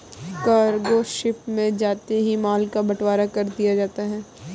cargo ship में जाते ही माल का बंटवारा कर दिया जाता है